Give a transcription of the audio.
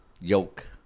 yolk